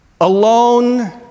alone